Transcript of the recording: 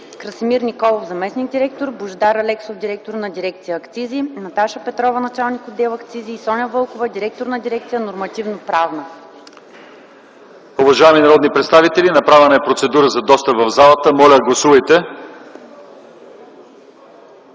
Красимир Николов – заместник-директор, Божидар Алексов – директор на дирекция „Акцизи”, и Наташа Петрова – началник на отдел „Акцизи”, и Соня Вълкова – директор на дирекция „Нормативно-правна”. ПРЕДСЕДАТЕЛ ЛЪЧЕЗАР ИВАНОВ: Уважаеми народни представители, направена е процедура за достъп в залата. Моля, гласувайте.